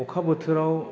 अखा बोथोराव